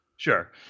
Sure